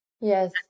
Yes